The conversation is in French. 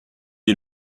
est